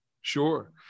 Sure